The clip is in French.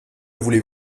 voulez